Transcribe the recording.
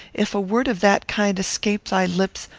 if a word of that kind escape thy lips,